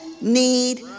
need